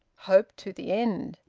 hope to the end,